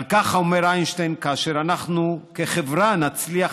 על כך אומר איינשטיין: כאשר אנחנו כחברה נצליח